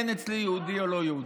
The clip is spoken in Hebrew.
אין אצלי יהודי או לא יהודי,